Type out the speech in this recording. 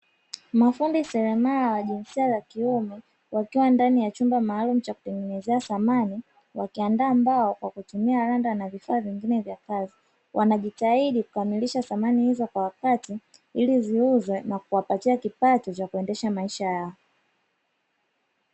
Mafundi selemala wa jinsia ya kiume wakiwa ndani ya chumba maalumu cha kutengenezea samani. Wakiandaa mbao kwa kutumia randa na vifaa vingine vya kazi. Wanajitahidi kukamilisha samani hizo kwa wakati ili ziuzwe na kuwapatia kipato cha kuendesha maisha yao.